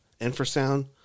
infrasound